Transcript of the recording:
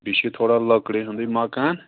بیٚیہِ چھِ یہِ تھوڑا لٔکرِ ہِنٛدُے مکان